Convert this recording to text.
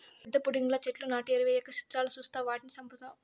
పెద్ద పుడింగిలా చెట్లు నాటి ఎరువెయ్యక సిత్రాలు సూస్తావ్ వాటిని సంపుతావ్